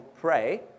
pray